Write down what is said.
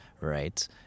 right